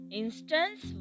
instance